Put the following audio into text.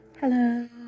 hello